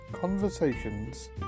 conversations